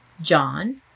John